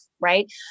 right